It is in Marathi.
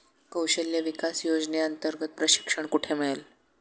कौशल्य विकास योजनेअंतर्गत प्रशिक्षण कुठे मिळेल?